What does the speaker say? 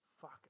fuck